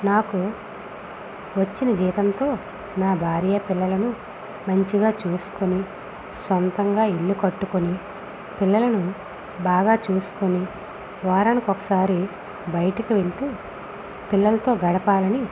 నాకు వచ్చిన జీతంతో నా భార్య పిల్లలను మంచిగా చూసుకుని సొంతంగా ఇల్లు కట్టుకొని పిల్లలను బాగా చూసుకొని వారానికి ఒకసారి బయటికి వెళ్తే పిల్లలతో గడపాలని